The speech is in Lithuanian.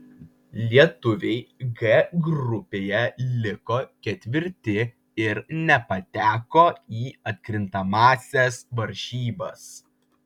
lietuviai g grupėje liko ketvirti ir nepateko į atkrintamąsias varžybas